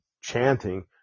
chanting